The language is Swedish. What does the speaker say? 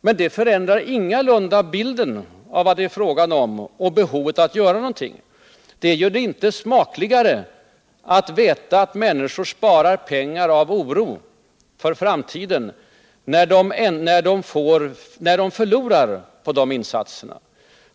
Men det förändrar ingalunda bilden av vad det är fråga om och behovet av att göra någonting. Det gör det inte smakligare att veta att människor sparar pengar av oro för framtiden när de förlorar på de insatserna.